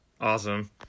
Awesome